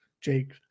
Jake